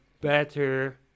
better